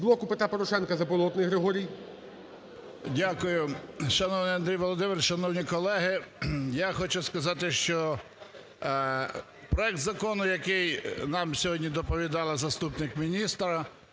Дякую. Шановний Андрію Володимировичу, шановні колеги. Я хочу сказати, що проект закону, який нам сьогодні доповідала заступник міністра